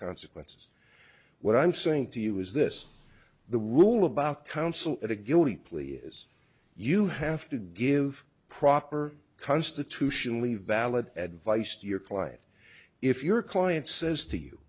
consequences what i'm saying to you is this the rule about counsel at a guilty plea is you have to give proper constitutionally valid advice to your client if your client says to you